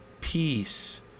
peace